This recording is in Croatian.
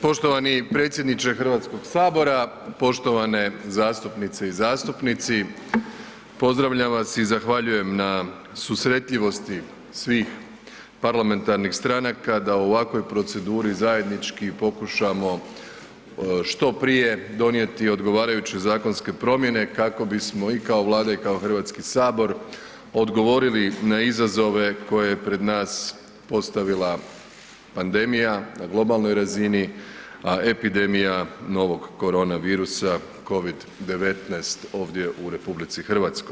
Poštovani predsjedniče Hrvatskog sabora, poštovane zastupnice i zastupnici, pozdravljam vas i zahvaljujem na susretljivosti svih parlamentarnih stranaka da u ovakvoj proceduri zajednički pokušamo što prije donijeti odgovarajuće zakonske promjene kako bismo i kao Vlada i kao Hrvatski sabor odgovorili na izazove koje je pred nas postavila pandemija na globalnoj razini, a epidemija novog korona virusa Covid-19 ovdje u RH.